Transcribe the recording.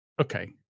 okay